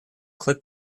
click